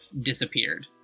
disappeared